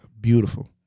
beautiful